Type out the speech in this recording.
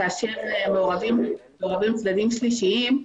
כשמעורבים צדדים שלישיים,